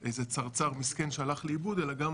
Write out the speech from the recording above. על איזה צרצר מסכן שהלך לאיבוד, אלא גם